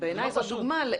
בדיוק כמו שנאמר קודם,